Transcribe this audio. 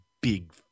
big